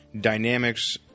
dynamics